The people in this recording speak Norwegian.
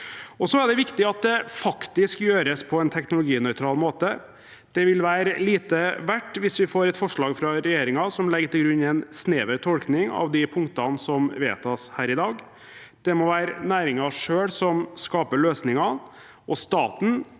Det er viktig at dette faktisk gjøres på en teknologinøytral måte. Det vil være lite verdt hvis vi får et forslag fra regjeringen som legger til grunn en snever tolkning av de punktene som vedtas her i dag. Det må være næringen selv som skaper løsningene, og staten